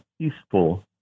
peaceful